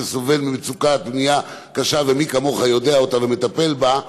שסובל ממצוקת בנייה קשה ומי כמוך יודע אותה ומטפל בה,